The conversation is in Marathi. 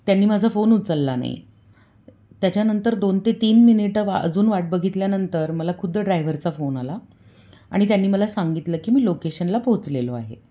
त्यांनी माझा फोन उचलला नाही त्याच्यानंतर दोन ते तीन मिनिटं वा अजून वाट बघितल्यानंतर मला खुद्द ड्रायव्हरचा फोन आला आणि त्यांनी मला सांगितलं की मी लोकेशनला पोहोचलेलो आहे